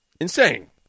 Insane